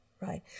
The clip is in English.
Right